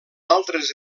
altres